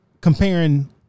Comparing